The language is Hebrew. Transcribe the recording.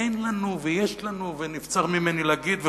אין לנו ויש לנו, ונבצר ממני להגיד וכו'.